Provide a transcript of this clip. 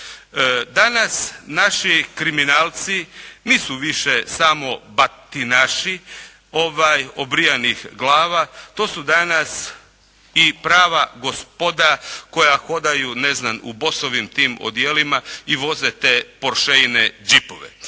Danas naši kriminalci nisu više samo batinaši obrijanih glava, to su danas i prava gospoda koja hodaju ne znam u "bossovim" tim odijelim i voze te "porsheeine" džipove.